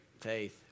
faith